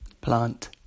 Plant